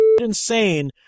insane